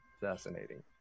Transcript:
fascinating